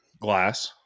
glass